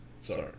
Sorry